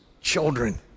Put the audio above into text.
children